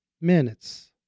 minutes